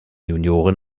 junioren